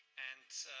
and